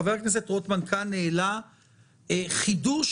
חבר הכנסת רוטמן העלה כאן חידוש